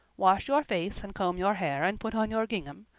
wash your face and comb your hair and put on your gingham.